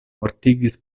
mortigis